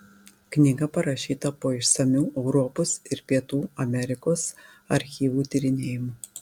knyga parašyta po išsamių europos ir pietų amerikos archyvų tyrinėjimų